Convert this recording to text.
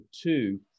two